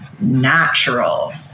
natural